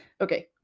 Okay